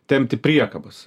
tempti priekabas